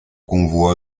convoi